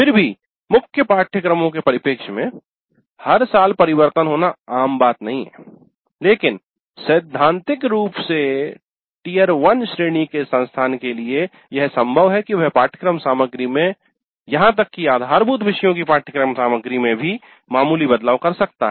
फिर भी मुख्य पाठ्यक्रमों के परिपेक्ष्य में हर साल परिवर्तन होना आम नहीं है लेकिन सैधान्तिक रूप में Tier I श्रेणी के संस्थान के लिए यह संभव है कि वह पाठ्यक्रम सामग्री में यहाँ तक की आधारभूत विषयों की पाठ्यक्रम सामग्री में भी मामूली बदलाव कर सकता है